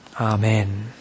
Amen